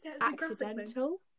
accidental